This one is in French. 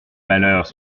malheurs